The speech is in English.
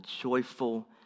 joyful